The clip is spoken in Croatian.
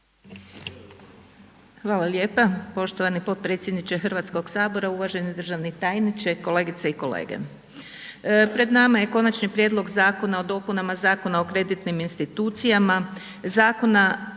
Hvala lijepa poštovani potpredsjedniče Hrvatskoga sabora, uvaženi državni tajniče, kolegice i kolege. Pred nama je Konačni prijedlog Zakona o dopunama Zakona o kreditnim institucijama,